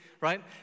Right